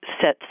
sets